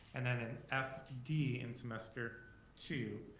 and then an f d in semester two,